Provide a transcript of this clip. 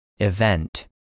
Event